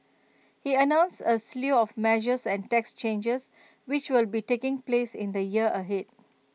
he announced A slew of measures and tax changes which will be taking place in the year ahead